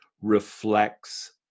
reflects